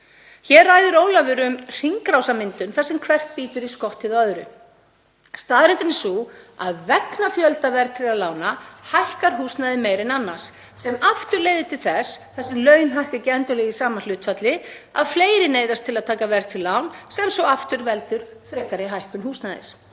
Hér ræðir Ólafur um hringrásarmyndun þar sem hver þáttur bítur í skottið á öðrum. Staðreyndin er sú að vegna fjölda verðtryggðra lána hækkar húsnæði meira en annars, sem aftur leiðir til þess, þar sem laun hækka ekki endilega í sama hlutfalli, að fleiri neyðast til að taka verðtryggð lán sem svo aftur veldur frekari hækkun húsnæðis.